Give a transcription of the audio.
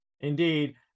Indeed